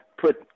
put